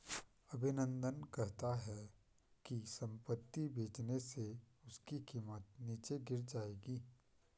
अभिनंदन कहता है कि संपत्ति बेचने से उसकी कीमत नीचे गिर जाएगी